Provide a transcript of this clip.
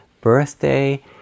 birthday